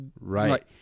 Right